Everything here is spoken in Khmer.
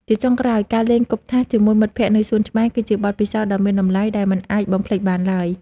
ជាចុងក្រោយ ការលេងគប់ថាសជាមួយមិត្តភក្តិនៅសួនច្បារ គឺជាបទពិសោធន៍ដ៏មានតម្លៃដែលមិនអាចបំភ្លេចបានឡើយ។